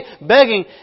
begging